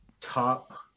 top